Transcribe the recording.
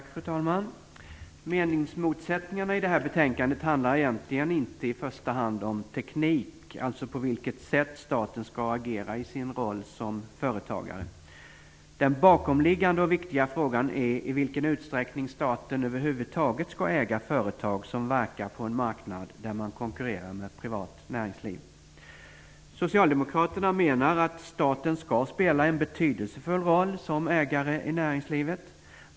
Fru talman! Meningsmotsättningarna i det här betänkandet handlar egentligen inte i första hand om teknik, alltså på vilket sätt staten skall agera i sin roll som företagare. Den bakomliggande och viktiga frågan är i vilken utsträckning staten över huvud taget skall äga företag som verkar på en marknad där man konkurrerar med privat näringsliv. Socialdemokraterna menar att staten skall spela en betydelsefull roll som ägare i näringslivet.